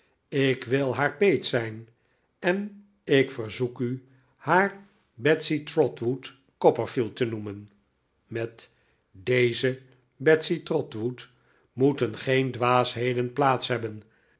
ik wil haar peet zijn en ik verzoek u haar betsey trotwood copperfield te noemen met deze betsey trotwood moeten geen dwaasheden plaats hebben